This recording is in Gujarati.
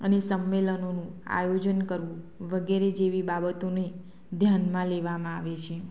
અને સંમેલનોનું આયોજન કરવું વગેરે જેવી બાબતોને ધ્યાનમાં લેવામાં આવે છે